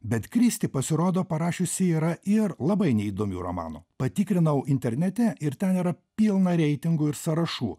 bet kristi pasirodo parašiusi yra ir labai neįdomių romanų patikrinau internete ir ten yra pilna reitingų ir sąrašų